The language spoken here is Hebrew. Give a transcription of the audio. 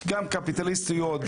גם קפיטליסטיות,